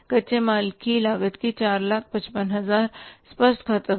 कच्चे माल की लागत की 455000 स्पष्ट खपत है